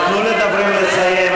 תנו לדוברת לסיים.